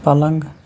پلنٛگ